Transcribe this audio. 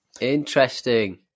Interesting